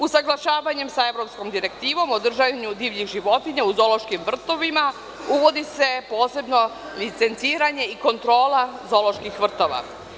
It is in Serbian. Usaglašavanjem sa Evropskom direktivom o držanju divljih životinja u zoološkim vrtovima uvodi se posebno licenciranje i kontrola zooloških vrtova.